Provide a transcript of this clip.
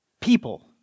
people